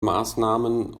maßnahmen